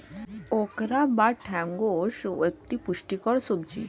okra বা ঢ্যাঁড়স একটি পুষ্টিকর সবজি